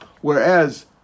Whereas